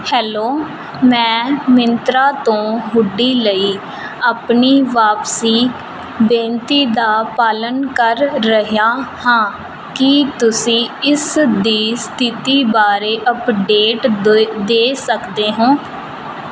hello ਮੈਂ ਮਿੰਤਰਾ ਤੋਂ hoodie ਲਈ ਆਪਣੀ ਵਾਪਸੀ ਬੇਨਤੀ ਦਾ ਪਾਲਣ ਕਰ ਰਿਹਾ ਹਾਂ ਕੀ ਤੁਸੀਂ ਇਸ ਦੀ ਸਥਿਤੀ ਬਾਰੇ ਅੱਪਡੇਟ ਦੇ ਦੇ ਸਕਦੇ ਹੋਂ